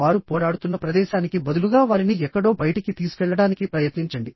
వారు పోరాడుతున్న ప్రదేశానికి బదులుగా వారిని ఎక్కడో బయటికి తీసుకెళ్లడానికి ప్రయత్నించండి